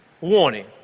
warning